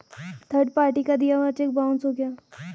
third party का दिया हुआ चेक बाउंस हो गया